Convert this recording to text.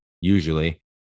usually